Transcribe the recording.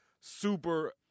super